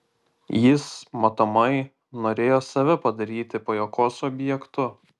jis matomai norėjo save padaryti pajuokos objektu